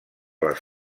les